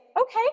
okay